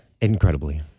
Incredibly